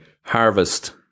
harvest